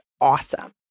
awesome